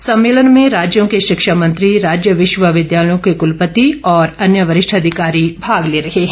इस सम्मेलन में राज्यों के शिक्षा मंत्री राज्य विश्वविद्यालयों के कुलपति और अन्य वरिष्ठ अधिकारी भाग ले रहे है